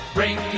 Bring